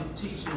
teaching